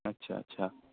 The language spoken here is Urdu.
اچھا اچھا